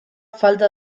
falta